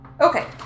Okay